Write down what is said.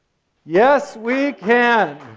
yes we can!